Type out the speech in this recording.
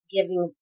Giving